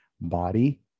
body